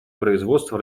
производства